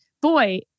boy